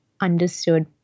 understood